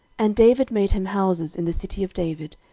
and david made him houses in the city of david,